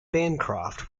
bancroft